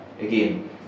again